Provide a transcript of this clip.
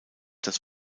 das